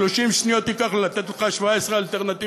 30 שניות ייקח לי לתת לך 17 אלטרנטיבות,